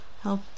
help